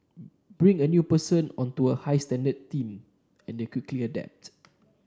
bring a new person onto a high standard team and they'll quickly adapt